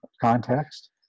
context